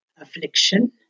Affliction